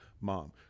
Mom